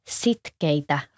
sitkeitä